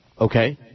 Okay